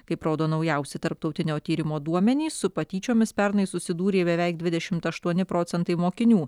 kaip rodo naujausi tarptautinio tyrimo duomenys su patyčiomis pernai susidūrė beveik dvidešimt aštuoni procentai mokinių